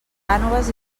cànoves